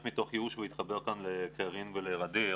מתוך ייאוש ולהתחבר כאן לקארין ולע'דיר